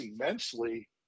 immensely